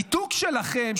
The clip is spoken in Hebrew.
הניתוק שלכם,